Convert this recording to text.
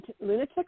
Lunatic